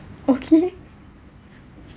okay